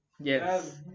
Yes